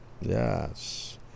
Yes